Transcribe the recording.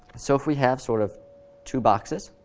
so if we have sort of two boxes,